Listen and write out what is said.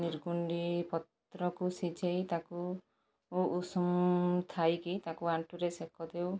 ନିର୍ଗୁଣ୍ଡି ପତ୍ରକୁ ସିଝାଇ ତାକୁ ଓ ଉଷୁମ ଥାଇକି ତାକୁ ଆଣ୍ଠୁରେ ସେକ ଦେଉ